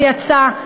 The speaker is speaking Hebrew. שיצא,